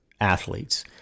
athletes